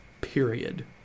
period